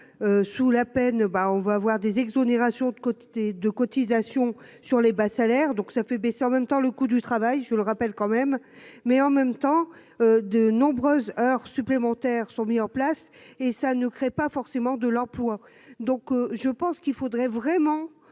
sous la peine bah on va avoir des exonérations de côté de cotisations sur les bas salaires, donc ça fait baisser en même temps, le coût du travail, je vous le rappelle, quand même, mais en même temps de nombreuses heures supplémentaires sont mis en place et ça ne crée pas forcément de l'emploi, donc je pense qu'il faudrait vraiment,